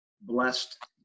blessed